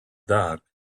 dark